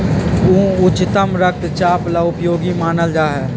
ऊ उच्च रक्तचाप ला उपयोगी मानल जाहई